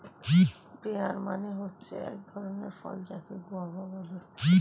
pair মানে হচ্ছে এক ধরণের ফল যাকে গোয়াভা বলে